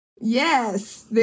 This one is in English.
Yes